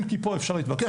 אם כי פה אפשר להתווכח.